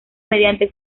mediante